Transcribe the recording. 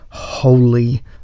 holy